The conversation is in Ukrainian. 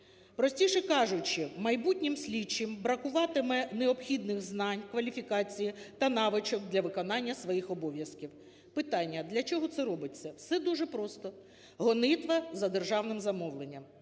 Простіше кажучи, майбутнім слідчим бракуватиме необхідних знань, кваліфікації та навичок для виконання своїх обов’язків. Питання: для чого це робиться? Все дуже просто: гонитва за державним замовленням.